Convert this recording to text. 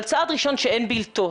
אבל צעד ראשון שאין בלתו.